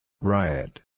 Riot